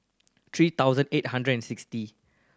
three thousand eight hundred and sixty